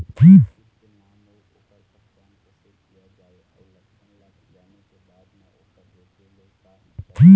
कीट के नाम अउ ओकर पहचान कैसे किया जावे अउ लक्षण ला जाने के बाद मा ओकर रोके ले का करें?